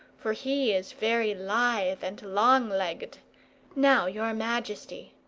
for he is very lithe and long-legged now, your majesty.